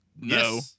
No